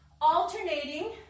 alternating